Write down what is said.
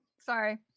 Sorry